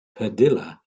padilla